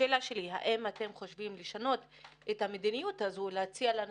השאלה שלי היא: האם אתם חושבים לשנות את המדיניות הזו ולהציע לאנשים,